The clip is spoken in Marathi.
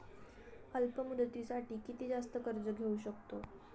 अल्प मुदतीसाठी किती जास्त कर्ज घेऊ शकतो?